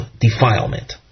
defilement